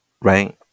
Right